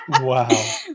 Wow